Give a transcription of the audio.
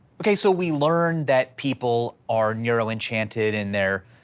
okay, so we learn that people are neural enchanted, and they're,